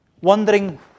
wondering